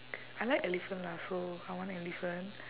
I like elephant lah so I want elephant